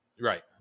right